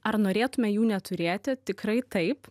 ar norėtume jų neturėti tikrai taip